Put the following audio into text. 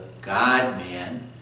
God-man